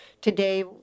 today